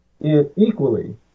equally